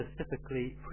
specifically